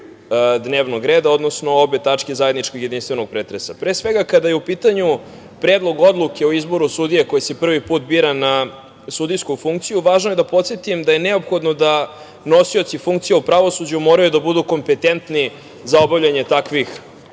dnevnog reda, odnosno obe tačke zajedničkog jedinstvenog pretresa. Pre svega, kada je u pitanju Predlog odluke o izboru sudije koji se prvi put bira na sudijsku funkciju, važno je da podsetim da je neophodno da nosioci funkcija u pravosuđu moraju da budu kompetentni za obavljanje takvih